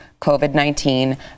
COVID-19